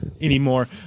anymore